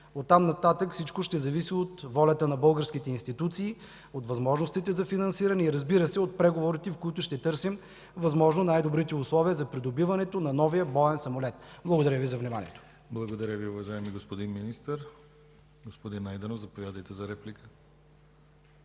Оттам нататък всичко ще зависи от волята на българските институции, от възможностите за финансиране и, разбира се, от преговорите, в които ще търсим възможно най-добрите условия за придобиването на новия боен самолет. Благодаря Ви за вниманието. ПРЕДСЕДАТЕЛ ДИМИТЪР ГЛАВЧЕВ: Благодаря Ви, уважаеми господин Министър. Господин Найденов, заповядайте за реплика.